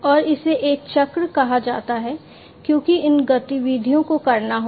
और इसे एक चक्र कहा जाता है क्योंकि इन गतिविधियों को करना होगा